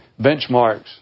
benchmarks